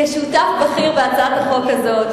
כשותף בכיר בהצעת החוק הזאת,